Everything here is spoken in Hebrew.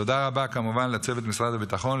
תודה רבה כמובן לצוות משרד הביטחון,